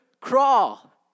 crawl